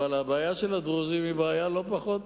אבל הבעיה של הדרוזים היא בעיה לא פחות